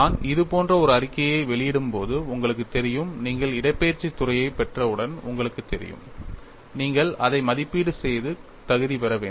நான் இது போன்ற ஒரு அறிக்கையை வெளியிடும்போது உங்களுக்குத் தெரியும் நீங்கள் இடப்பெயர்ச்சித் துறையைப் பெற்றவுடன் உங்களுக்குத் தெரியும் நீங்கள் அதை மதிப்பீடு செய்து தகுதி பெற வேண்டும்